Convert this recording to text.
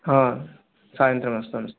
సాయంత్రం వస్తాం సార్